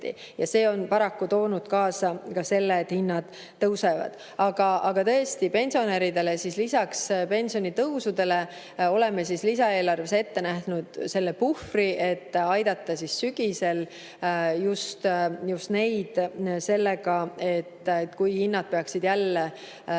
See on paraku toonud kaasa ka selle, et hinnad tõusevad. Aga tõesti, pensionäridele lisaks pensionitõusudele oleme lisaeelarves ette näinud selle puhvri, et aidata sügisel neid sellega, juhul kui hinnad peaksid jälle väga